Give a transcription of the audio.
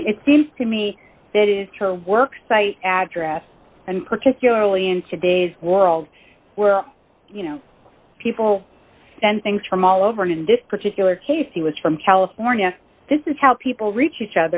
mean it seems to me that is to work site address and particularly in today's world well you know people send things from all over and in this particular case he was from california this is how people reach